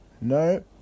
No